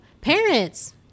Parents